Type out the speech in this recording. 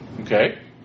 Okay